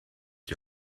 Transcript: die